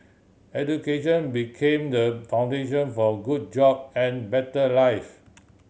education became the foundation for good job and better live